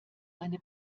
eine